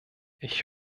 ich